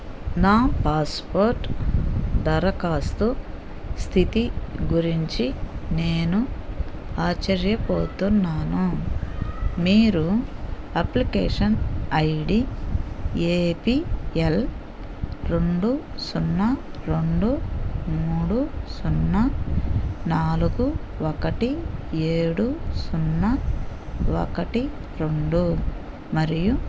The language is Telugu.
నా పాస్పోర్ట్ దరఖాస్తు స్థితి గురించి నేను ఆశ్చర్యపోతున్నాను మీరు application I D A P L రెండు సున్నా రెండు మూడు సున్నా నాలుగు ఒకటి ఏడు సున్నా ఒకటి రెండు మరియు